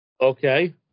Okay